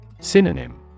Synonym